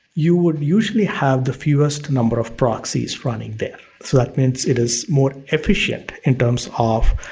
you would usually have the fewest number of proxies running there. so that means it is more efficient in terms of,